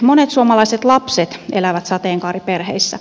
monet suomalaiset lapset elävät sateenkaariperheissä